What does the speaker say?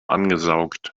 angesaugt